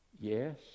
yes